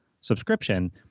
subscription